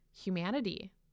humanity